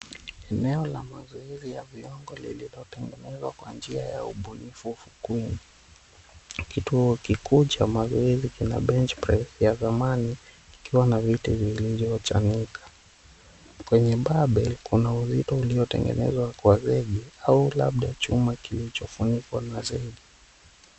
Eneo la mazoezi ya viongo lililotengenezwa kwa njia ya ubunifu kwingi. Kituo kikuu cha mazoezi kina bench price ya zamani kikiwa na miti ziliyochanika. Kwenye babe kuna uzito uliotengenezwa kwa reli au labda chuma kilichofunikwa na zege.